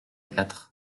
quatre